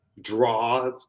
draw